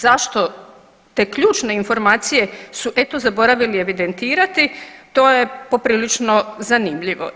Zašto te ključne informacije su eto zaboravili evidentirati to je poprilično zanimljivo.